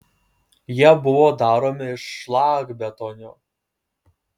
jie buvo daromi iš šlakbetonio